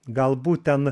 galbūt ten